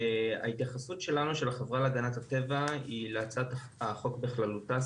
ההתייחסות שלנו של החברה להגנת הטבע היא להצעת החוק בכללותה,